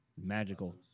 magical